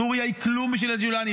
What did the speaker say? סוריה היא כלום בשביל אל-ג'ולאני,